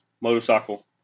motorcycle